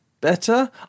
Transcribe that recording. better